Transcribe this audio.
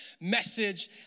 message